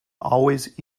always